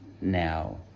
now